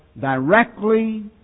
directly